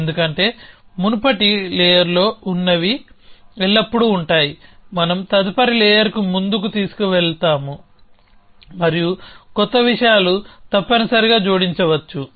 ఎందుకంటే మునుపటి లేయర్లో ఉన్నవి ఎల్లప్పుడూ ఉంటాయి మనం తదుపరి లేయర్కు ముందుకు తీసుకువెళ్లాము మరియు కొత్త విషయాలు తప్పనిసరిగా జోడించబడవచ్చు